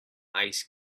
ice